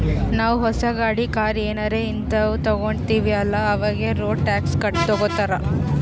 ನಾವೂ ಹೊಸ ಗಾಡಿ, ಕಾರ್ ಏನಾರೇ ಹಿಂತಾವ್ ತಗೊತ್ತಿವ್ ಅಲ್ಲಾ ಅವಾಗೆ ರೋಡ್ ಟ್ಯಾಕ್ಸ್ ತಗೋತ್ತಾರ್